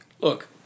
Look